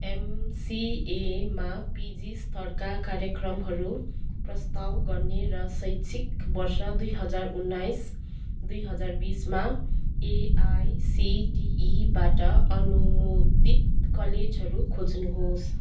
एमसिएमा PG स्तरका कार्यक्रमहरू प्रस्ताव गर्ने र शैक्षिक वर्ष दुई हजार उन्नाइस दुई हजार बिसमा एआइसिटिइबाट अनुमोदित कलेजहरू खोज्नुहोस्